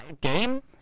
game